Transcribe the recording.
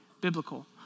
biblical